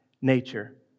nature